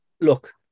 look